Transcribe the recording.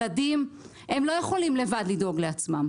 ילדים לא יכולים לבד לדאוג לעצמם.